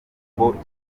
urwunguko